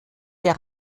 der